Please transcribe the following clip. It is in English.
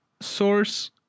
source